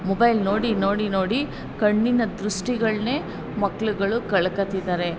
mobile ನೋಡಿ ನೋಡಿ ನೋಡಿ ಕಣ್ಣಿನ ದೃಷ್ಟಿಗಳನ್ನೇ ಮಕ್ಳುಗಳು ಕಳ್ಕೊಳ್ತಿದ್ದಾರೆ